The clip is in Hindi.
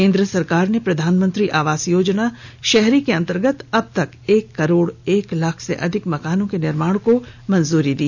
केन्द्र सरकार ने प्रधानमंत्री आवास योजना शहरी के अंतर्गत अब तक एक करोड एक लाख से अधिक मकानों के निर्माण को मंजूरी दी